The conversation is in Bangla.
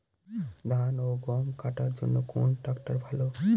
ধান ও গম কাটার জন্য কোন ট্র্যাক্টর ভালো?